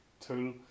tool